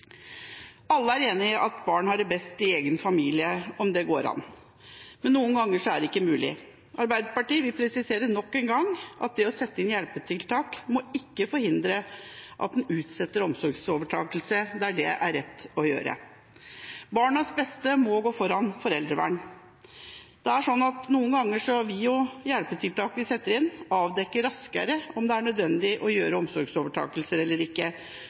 Alle er enige om at barn har det best i egen familie, om det går an, men noen ganger er det ikke mulig. Arbeiderpartiet vil presisere nok en gang at det å sette inn hjelpetiltak må ikke forhindre eller utsette omsorgsovertakelse der det er rett å gjøre. Barnas beste må gå foran foreldrevern. Det er slik at noen ganger vil hjelpetiltak vi setter inn, avdekke raskere om det er nødvendig med omsorgsovertakelse eller ikke,